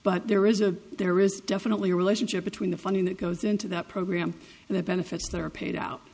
but there is a there is definitely a relationship between the funding that goes into that program and the benefits that are paid out